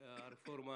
הרפורמה